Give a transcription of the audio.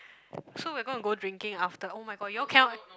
so we're gonna go drinking after [oh]-my-god you all cannot